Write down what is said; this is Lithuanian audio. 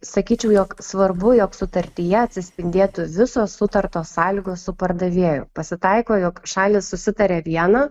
sakyčiau jog svarbu jog sutartyje atsispindėtų visos sutartos sąlygos su pardavėju pasitaiko jog šalys susitaria vieną